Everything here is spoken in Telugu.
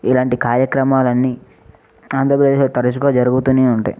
ఇలాంటి కార్యక్రమాలు అన్నీ ఆంధ్రప్రదేశ్లో తరచుగా జరుగుతు ఉంటాయి